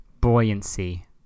buoyancy